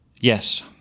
yes